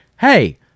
hey